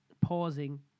pausing